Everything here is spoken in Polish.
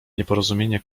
nieporozumienie